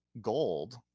gold